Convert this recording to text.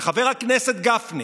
וחבר הכנסת גפני